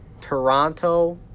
Toronto